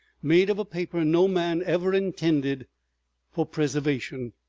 made of a paper no man ever intended for preservation.